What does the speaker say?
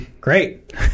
great